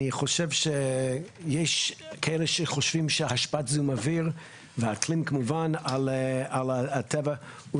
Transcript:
אני חושב שיש כאלה שחושבים שהשפעת זיהום אוויר והאקלים כמובן על הטבע הוא